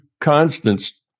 constants